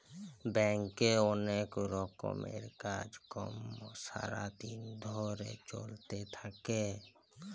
ব্যাংকে অলেক রকমের কাজ কর্ম সারা দিন ধরে চ্যলতে থাক্যে